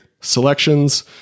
selections